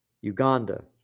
Uganda